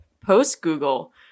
post-Google